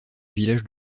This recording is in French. village